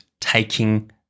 taking